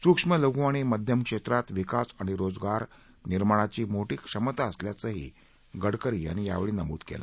सुक्ष्म लघू आणि मध्यम क्षेत्रात विकास आणि रोजगार निर्माणाची मोठी क्षमता असल्याचंही गडकरी यांनी यावेळी नमुद केलं